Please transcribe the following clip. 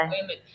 women